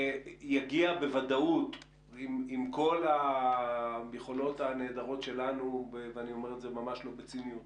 גם כל היכולות הנהדרות שלנו ואני אומר את זה ממש לא בציניות